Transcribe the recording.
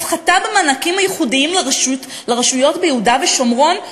הפחתה במענקים הייחודיים לרשויות ביהודה ושומרון,